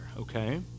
okay